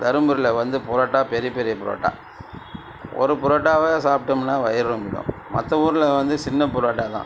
தர்மபுரியில் வந்து புரோட்டா பெரிய பெரிய புரோட்டா ஒரு புரோட்டாவை சாப்பிட்டம்னா வயிறு ரொம்பிவிடும் மற்ற ஊரில் வந்து சின்ன புரோட்டா தான்